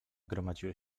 gromadziły